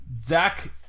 Zach